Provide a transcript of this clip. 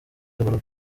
urwo